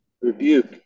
rebuke